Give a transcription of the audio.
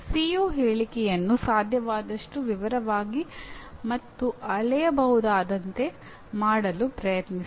CO ಹೇಳಿಕೆಯನ್ನು ಸಾಧ್ಯವಾದಷ್ಟು ವಿವರವಾಗಿ ಮತ್ತು ಅಳೆಯಬಹುದಾದಂತೆ ಮಾಡಲು ಪ್ರಯತ್ನಿಸಿ